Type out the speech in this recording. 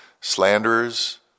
Slanders